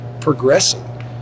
progressing